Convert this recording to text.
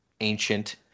ancient